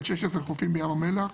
16 חופים בים המלח,